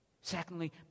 Secondly